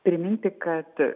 priminti kad